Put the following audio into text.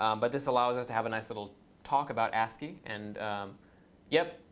um but this allows us to have a nice little talk about ascii. and yep,